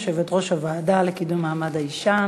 יושבת-ראש הוועדה לקידום מעמד האישה.